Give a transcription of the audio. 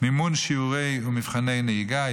מימון שיעורי ומבחני נהיגה,